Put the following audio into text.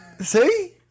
See